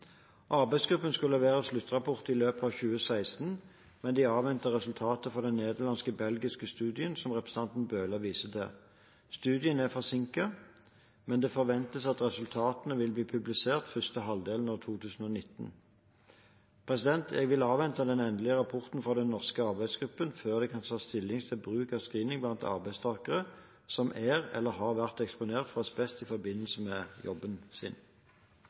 Arbeidsgruppen skulle levere sluttrapport i løpet av 2016, men de avventer resultatene fra den nederlandsk-belgiske studien, som representanten Bøhler viser til. Studien er forsinket, men det forventes at resultatene vil bli publisert i første halvdel av 2019. Jeg vil avvente den endelige rapporten fra den norske arbeidsgruppen før det kan tas stilling til bruk av screening blant arbeidstakere som er eller har vært eksponert for asbest i forbindelse med jobben sin.